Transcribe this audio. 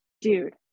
dude